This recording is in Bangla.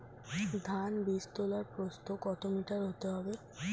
ধান বীজতলার প্রস্থ কত মিটার হতে হবে?